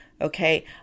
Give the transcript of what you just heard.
Okay